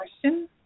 question